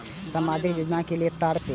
सामाजिक योजना के कि तात्पर्य?